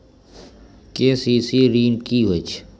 KCC ॠन की होय छै?